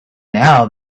now